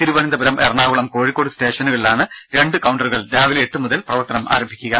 തിരുവനന്തപുരം എറണാകുളം കോഴിക്കോട് സ്റ്റേഷനുകളിലാണ് രണ്ട് കൌണ്ടറുകൾ രാവിലെ എട്ടു മുതൽ പ്രവർത്തിക്കുക